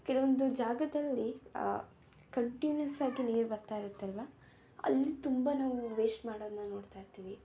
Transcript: ಕೆಲವೊಂದು ಜಾಗದಲ್ಲಿ ಕಂಟಿನ್ಯೂಸ್ ಆಗಿ ನೀರು ಬರ್ತಾ ಇರುತ್ತಲ್ವ ಅಲ್ಲಿ ತುಂಬ ನಾವೂ ವೇಸ್ಟ್ ಮಾಡೋದನ್ನ ನೋಡ್ತಾ ಇರ್ತೀವಿ